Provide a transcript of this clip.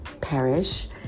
Parish